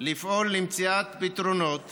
לפעול למציאת פתרונות